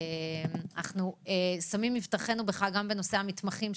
אנחנו שמים מבטחנו בך גם בנושא המתמחים,